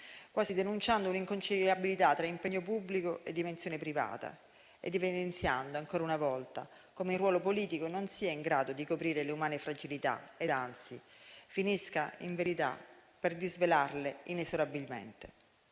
quasi denunciando un'inconciliabilità tra impegno pubblico e dimensione privata; evidenziando, ancora una volta, come il ruolo politico non sia in grado di coprire le umani fragilità ed, anzi, finisca in verità per disvelarle inesorabilmente.